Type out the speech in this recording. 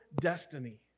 destiny